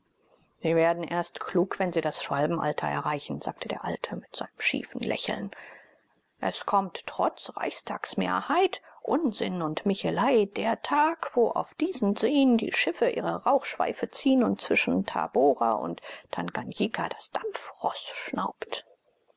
sie werden erst klug wenn sie das schwabenalter erreichen sagte der alte mit seinem schiefen lachen es kommt trotz reichstagsmehrheit unsinn und michelei der tag wo auf diesen seen die schiffe ihre rauchschweife ziehen und zwischen tabora und tanganjika das dampfroß schnaubt